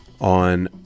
on